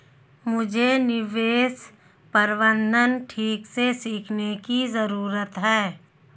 मुझे निवेश प्रबंधन ठीक से सीखने की जरूरत है